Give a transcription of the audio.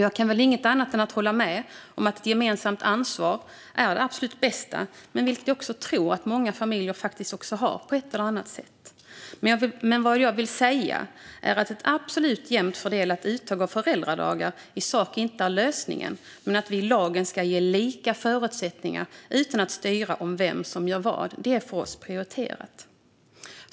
Jag kan väl inte annat än hålla med om att ett gemensamt ansvar är det absolut bästa, men jag vill också tro att många familjer faktiskt har det på ett eller annat sätt. Vad jag dock vill säga är att ett absolut jämnt fördelat uttag av föräldradagar inte är lösningen i sak, men att vi i lagen ska ge lika förutsättningar utan att styra vem som gör vad är för oss prioriterat.